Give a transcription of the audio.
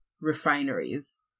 refineries